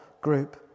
group